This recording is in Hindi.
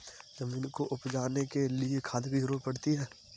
ज़मीन को उपजाने के लिए खाद की ज़रूरत पड़ती है